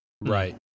right